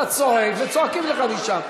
אתה צועק וצועקים לך משם.